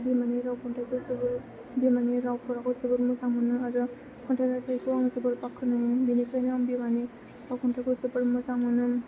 बिमानि राव खन्थाइफोर बिमानि राव फराखौ जोबोद मोजां मोनो आरो खन्थाइ रायथाइखौ आं जोबोद बाखनायो बेनिखायनो आं बिमानि राव खन्थाइखौ जोबोद मोजां मोनो